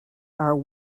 are